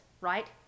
right